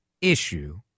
issue